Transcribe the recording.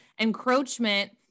encroachment